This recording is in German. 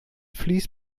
fleece